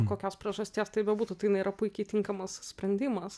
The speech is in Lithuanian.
kokios priežasties tai bebūtų tai jinai yra puikiai tinkamas sprendimas